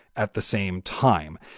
at the same time,